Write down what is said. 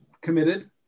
committed